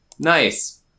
Nice